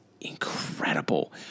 incredible